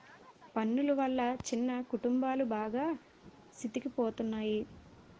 పన్నులు వల్ల చిన్న కుటుంబాలు బాగా సితికిపోతున్నాయి